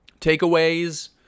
takeaways